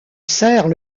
sert